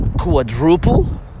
quadruple